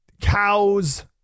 cows